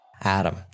Adam